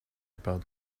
about